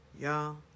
Y'all